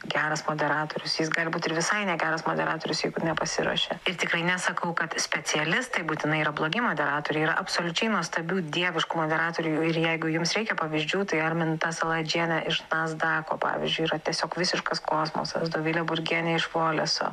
geras moderatorius jis gali būti ir visai negeras moderatorius jeigu nepasiruošia ir tikrai nesakau kad specialistai būtinai yra blogi moderatoriai yra absoliučiai nuostabių dieviškų moderatorių ir jeigu jums reikia pavyzdžių tai arminta saladžienė iš nasdako pavyzdžiui yra tiesiog visiškas kosmosas dovilė burgienė iš voleso